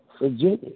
Virginia